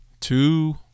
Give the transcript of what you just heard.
two